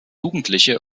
jugendliche